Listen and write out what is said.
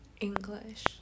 English